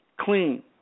Clean